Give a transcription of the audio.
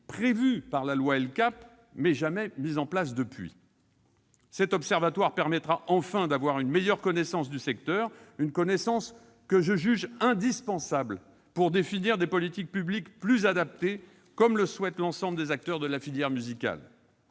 prévu par la loi LCAP, mais jamais mis en place depuis. Cet observatoire permettra enfin d'avoir une meilleure connaissance du secteur, une connaissance que je juge indispensable pour définir des politiques publiques plus adaptées, comme le souhaite l'ensemble des acteurs de la filière musicale.